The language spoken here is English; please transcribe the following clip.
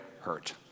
hurt